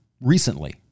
recently